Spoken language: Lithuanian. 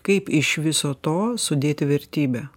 kaip iš viso to sudėti vertybę